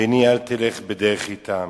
בני אל תלך בדרך אתם